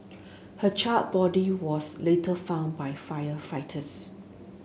her charred body was later found by firefighters